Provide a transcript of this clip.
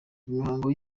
imihango